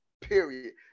period